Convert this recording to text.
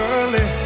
early